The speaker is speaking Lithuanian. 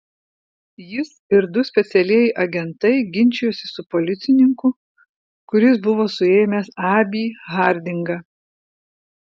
jis ir du specialieji agentai ginčijosi su policininku kuris buvo suėmęs abį hardingą